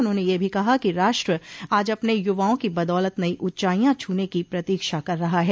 उन्होंने यह भी कहा कि राष्ट्र आज अपने युवाओं की बदौलत नई ऊंचाइयां छूने की प्रतीक्षा कर रहा है